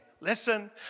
Listen